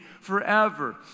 forever